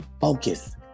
focus